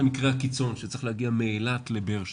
המקרה הקיצון שצריך להגיע מאילת לבאר שבע,